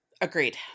Agreed